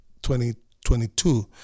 2022